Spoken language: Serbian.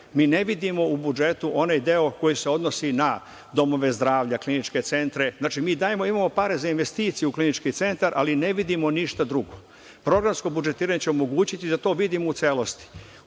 Mi ne vidimo u budžetu onaj deo koji se odnosi na domove zdravlja, kliničke centre. Znači, mi imamo pare za investicije u klinički centar, ali ne vidimo ništa drugo. Programsko budžetiranje će omogućiti da to vidimo u celosti.